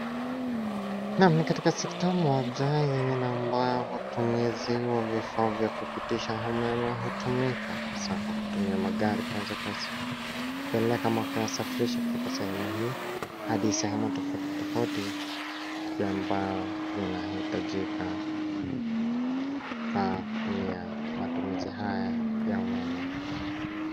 Naam, ni katika sekta moja yenye na ambayo watumizi wa vifaa vya kupitisha umeme hutumika hasa kwa kutumia magari kuweza kuyapeleka ama kusafirisha kutoka sehemu hii hadi sehemu tofauti tofauti ambayo yanahitajika kwa kutumia matumizi haya ya umeme.